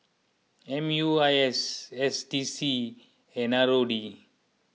M U I S S D C and R O D